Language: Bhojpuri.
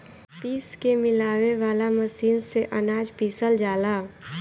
पीस के मिलावे वाला मशीन से अनाज पिसल जाला